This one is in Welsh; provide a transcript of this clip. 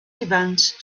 ifans